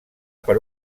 per